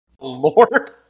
Lord